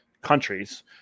Countries